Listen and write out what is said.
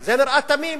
זה נראה תמים,